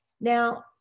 Now